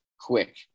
quick